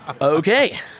Okay